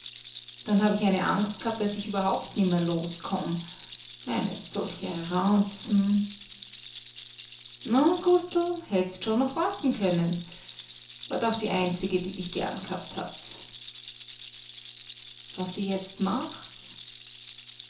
dann hab ich eine angst g'habt daß ich überhaupt nimmer loskomm eine solche raunzen na gustl hätt'st schon noch warten können war doch die einzige die dich gern gehabt hat was sie jetzt macht